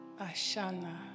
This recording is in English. ashana